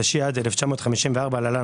התשי"ד-1954 (להלן,